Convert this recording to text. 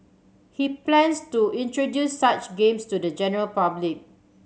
he plans to introduce such games to the general public